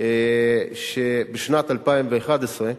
שבשנת 2011,